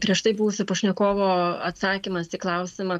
prieš tai buvusio pašnekovo atsakymas į klausimą